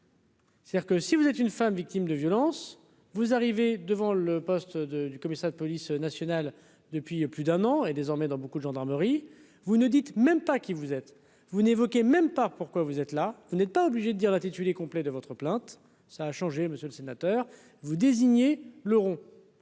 C'est-à-dire que si vous êtes une femme victime de violences, vous arrivez devant le poste de du commissaire de police nationale depuis plus d'un an et désormais dans beaucoup de gendarmerie, vous ne dites même pas qui vous êtes, vous n'évoquez même pas pourquoi vous êtes là, vous n'êtes pas obligé de dire l'intitulé complet de votre plainte, ça a changé, monsieur le sénateur vous désignez l'Euro.